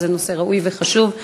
וזה נושא ראוי וחשוב.